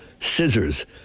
scissors